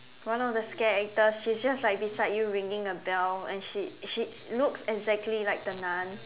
one of the scare actors she is just like beside you ringing a bell and she she looks exactly like the nun